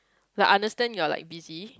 like understand you're like busy